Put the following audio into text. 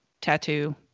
tattoo